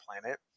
planet